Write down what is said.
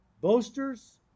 boasters